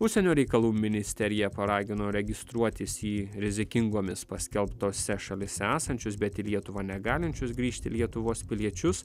užsienio reikalų ministerija paragino registruotis į rizikingomis paskelbtose šalyse esančius bet į lietuvą negalinčius grįžti lietuvos piliečius